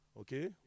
Okay